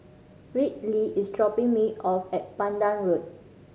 Riley is dropping me off at Pandan Road